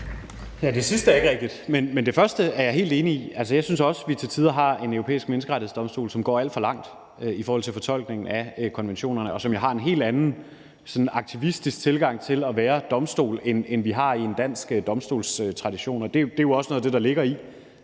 Det sidste er ikke rigtigt, men det første er jeg helt enig i. Jeg synes også, vi har en europæisk menneskerettighedsdomstol, som til tider går for langt i forhold til fortolkningen af konventionerne, og som har en helt anden aktivistisk tilgang til at være domstol, end man har i den danske domstolstradition. Det er jo også noget af det, der ligger i